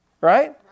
Right